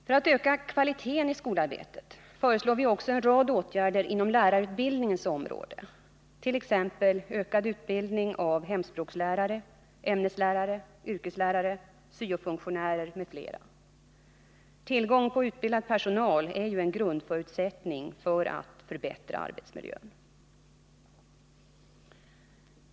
För att öka kvaliteten på skolarbetet föreslår vi också en rad åtgärder inom lärarutbildningens område, t.ex. ökad utbildning av hemspråkslärare, ämneslärare, yrkeslärare, syo-funktionärer m.fl. Tillgång på utbildad personal är ju en grundförutsättning för att vi skall kunna förbättra arbetsmiljön.